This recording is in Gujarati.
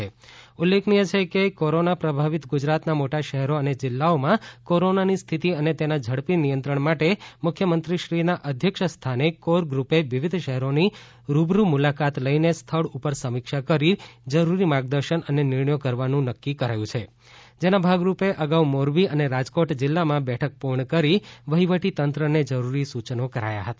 અત્રે ઉલ્લેખનીય છે કે કોરોના પ્રભાવિત ગુજરાતના મોટા શહેરો અને જિલ્લાઓમાં કોરોનાની સ્થિતિ અને તેના ઝડપી નિયંત્રણ માટે મુખ્યમંત્રીશ્રીના અધ્યક્ષસ્થાને કોર ગ્રુપે વિવિધ શહેરોની રૂબરૂ મુલાકાત લઈને સ્થળ ઉપર સમીક્ષા કરી જરૂરી માર્ગદર્શન અને નિર્ણયો કરવાનું નક્કી કરાયું છે જેના ભાગરૂપે અગાઉ મોરબી અને રાજકોટ જિલ્લામાં બેઠક પૂર્ણ કરી વહીવટી તંત્રને જરૂરી સૂચનો કરાયા હતા